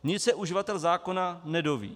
Nic se uživatel zákona nedoví.